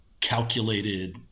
calculated